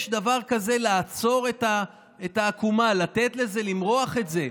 יש דבר כזה לעצור את העקומה, למרוח את זה.